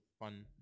fun